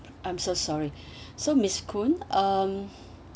I'm so sorry so miss koon um